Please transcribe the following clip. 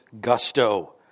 gusto